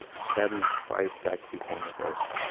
stabbing five black people on that bus.